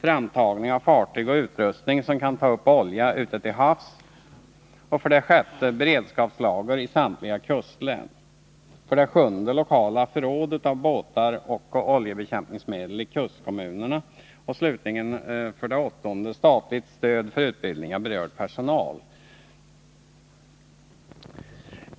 Framtagning av fartyg och utrustning som kan ta upp olja ute till havs.